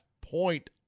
point